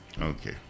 Okay